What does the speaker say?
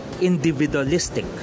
individualistic